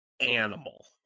animal